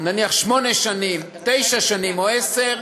נניח שמונה שנים, תשע שנים או עשר שנים,